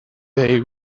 they